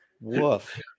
Woof